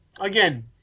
Again